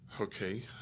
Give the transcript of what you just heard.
Okay